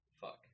fuck